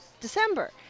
december